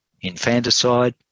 infanticide